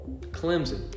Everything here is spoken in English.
Clemson